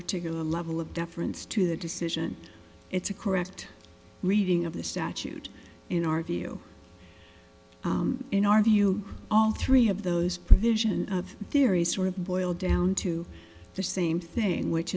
particular level of deference to the decision it's a correct reading of the statute in our view in our view all three of those provision of the theory sort of boil down to the same thing which